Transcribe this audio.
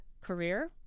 career